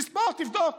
תספור ותבדוק